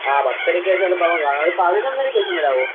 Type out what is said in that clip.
ആ പത്തരക്ക് ശേഷം ഒരു പതിനൊന്നാരക്ക് ശേഷം വരുമോ